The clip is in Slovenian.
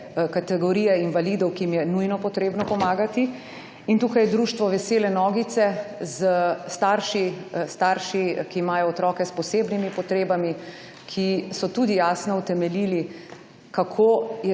kategorije invalidov, ki jim je nujno potrebno pomagati. In tukaj Društvo Vesele nogice s starši, ki imajo otroke s posebnimi potrebami, ki so tudi jasno utemeljili kako je